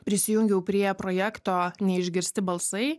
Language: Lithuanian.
prisijungiau prie projekto neišgirsti balsai